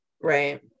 right